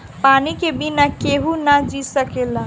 पानी के बिना केहू ना जी सकेला